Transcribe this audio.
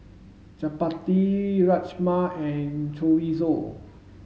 Chapati You Rajma and Chorizo